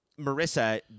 Marissa